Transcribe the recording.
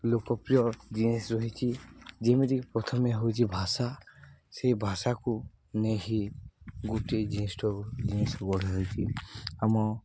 ଲୋକପ୍ରିୟ ଜିନିଷ ରହିଛି ଯେମିତିକି ପ୍ରଥମେ ହେଉଛି ଭାଷା ସେହି ଭାଷାକୁ ନେଇ ହିଁ ଗୋଟେ ଜିନିଷ ଜିନିଷ ବଢ଼ିଛି ଆମ